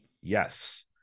Yes